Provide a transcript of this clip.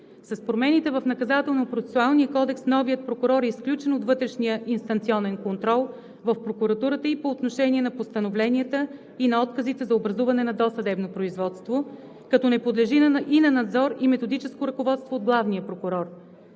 С промените в Наказателно-процесуалния кодекс новият прокурор е изключен от вътрешния инстанционен контрол в Прокуратурата и по отношение на постановленията и на отказите за образуване на досъдебно производство, като не подлежи и на надзор и методическо ръководство от главния прокурор.